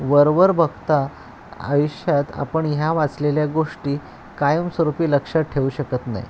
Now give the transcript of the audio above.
वरवर बघता आयुष्यात आपण ह्या वाचलेल्या गोष्टी कायम स्वरूपी लक्षात ठेऊ शकत नाही